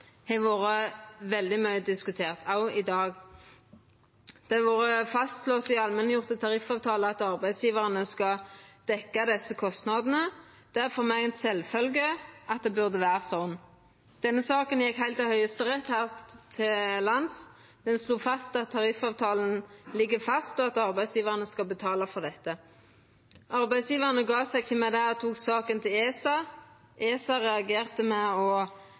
har vore veldig mykje diskutert, òg i dag. Det har vore fastslått i allmenngjorde tariffavtalar at arbeidsgjevarane skal dekkja desse kostnadene. Det er for meg sjølvsagt at det burde vera sånn. Denne saka gjekk heilt til Høgsterett her til lands. Dei fastslo at tariffavtalen ligg fast, og at arbeidsgjevarane skal betala for dette. Arbeidsgjevarane gav seg ikkje med det og tok saka til ESA. ESA reagerte med å